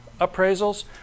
appraisals